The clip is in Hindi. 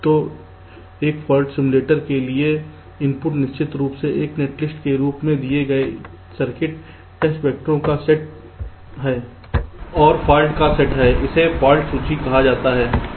तो एक फाल्ट सिम्युलेटर के लिए इनपुट निश्चित रूप से एक नेटलिस्ट के रूप में दिए गए सर्किट टेस्ट वैक्टर का सेट और फाल्ट का एक सेट है इसे फाल्ट सूची कहा जाता है